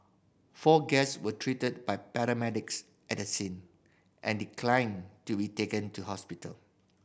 four guests were treated by paramedics at the scene and declined to be taken to hospital